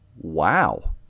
wow